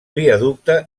viaducte